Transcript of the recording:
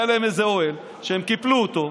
היה להם איזה אוהל שהם קיפלו אותו,